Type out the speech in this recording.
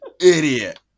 Idiot